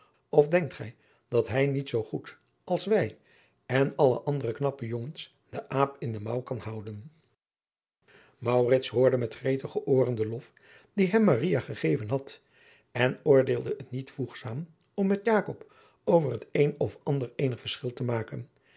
of denkt gij dat hij niet zoo goed als wij en alle andere knappe jongens den aap in de mouw kan houden maurits hoorde met gretige ooren den lof dien hem maria gegeven had en oordeelde het niet voegzaam om met jakob over het een of ander eenig verschil te maken